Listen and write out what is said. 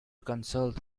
consult